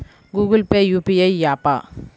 Google Pay UPI య్యాపా?